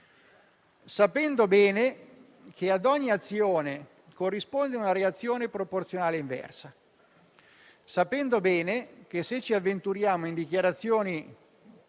sapendo bene che ad ogni azione corrisponde una reazione proporzionale e inversa e che, se ci avventuriamo in dichiarazioni